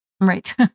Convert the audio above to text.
Right